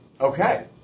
Okay